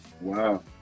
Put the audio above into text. Wow